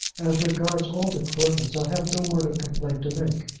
as regards all the courtons i have no word of complaint to make.